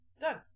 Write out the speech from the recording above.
Done